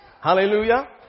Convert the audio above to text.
Hallelujah